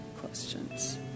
questions